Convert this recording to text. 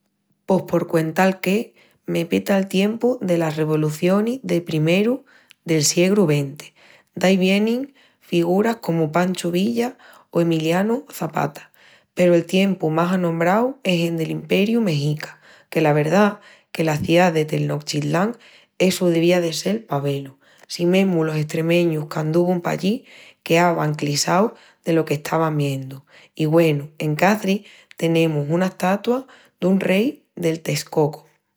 Pos por cuental qué, me peta'l tiempu delas revolucionis de primerus del siegru XX. Daí vienin figuras comu Pancho Villa o Emiliano Zapata. Peru el tiempu más anombrau es el del imperiu mexica, que la verdá que la ciá de Tenochtitlán essu deviá de sel pa ve-lu. Si mesmu los estremeñus qu'anduvun pallí queavan clissaus delo qu'estavan videndu. I, güenu, en Caçris, tenemus una estauta dun rei de Texcoco.